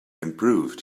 improved